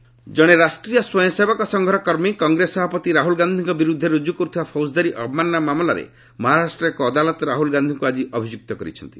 Rahul court ଜଣେ ରାଷ୍ଟ୍ରୀୟ ସ୍ୱୟଂସେବକ ସଂଘର କର୍ମୀ କଂଗ୍ରେସ ସଭାପତି ରାହୁଳ ଗାନ୍ଧିଙ୍କ ବିରୁଦ୍ଧରେ ରୁଜୁ କରିଥିବା ପୌକଦାରୀ ଅବମାନନା ମାମଲାରେ ମହାରାଷ୍ଟ୍ରର ଏକ ଅଦାଲତ ରାହୁଳ ଗାନ୍ଧିଙ୍କୁ ଆଜି ଅଭିଯୁକ୍ତ କରିଛନ୍ତି